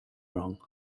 wrong